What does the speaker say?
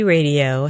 Radio